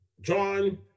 John